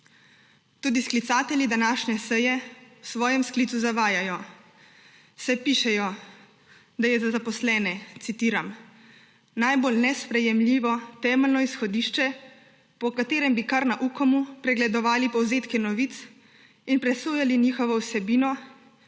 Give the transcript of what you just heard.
Tudi sklicatelji današnje seje v svojem sklicu zavajajo, saj pišejo, da je za zaposlene, citiram: »Najbolj nesprejemljivo temeljno izhodišče, po katerem bi kar na Ukomu pregledovali povzetke novic in presojali njihovo vsebino,